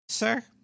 sir